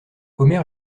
omer